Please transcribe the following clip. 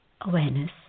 awareness